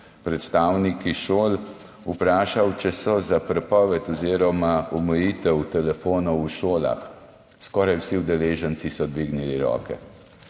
predstavniki šol vprašal, če so za prepoved oziroma omejitev telefonov v šolah. Skoraj vsi udeleženci so dvignili roke.